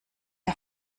der